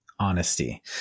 honesty